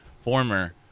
former